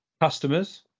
customers